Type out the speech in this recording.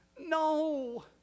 no